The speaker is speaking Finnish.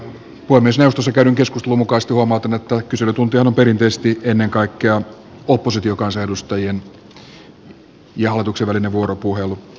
puhemiesneuvostossa käydyn keskustelun mukaisesti huomautan että kyselytuntihan on perinteisesti ennen kaikkea oppositiokansanedustajien ja hallituksen välinen vuoropuhelu